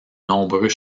nombreux